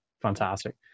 fantastic